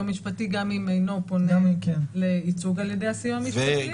משפטי גם אם אינו פונה לייצוג על ידי הסיוע המשפטי.